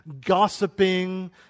gossiping